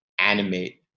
animate